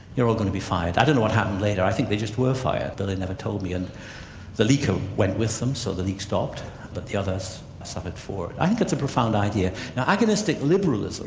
you're all going to be fired. i don't know what happened later, i think they just were fired, berlin never told me, and the leaker went with them, so the leak stopped but the others suffered for it. i think that's a profound idea. now agonistic liberalism